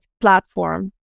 platform